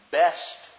best